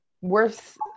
worth